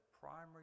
primary